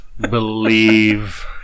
believe